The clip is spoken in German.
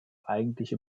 eigentliche